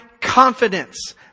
confidence